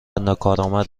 ناکارآمد